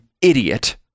idiot